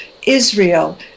Israel